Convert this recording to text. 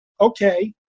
okay